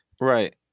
Right